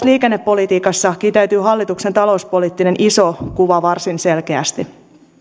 liikennepolitiikassa kiteytyy hallituksen talouspoliittinen iso kuva varsin selkeästi